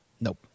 Nope